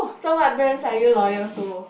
so what brands are you loyal to